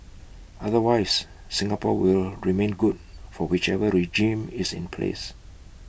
otherwise Singapore will remain good for whichever regime is in place